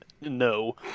no